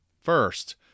First